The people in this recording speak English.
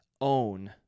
own